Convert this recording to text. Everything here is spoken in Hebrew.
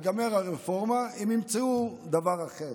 תיגמר הרפורמה, הם ימצאו דבר אחר.